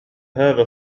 هذا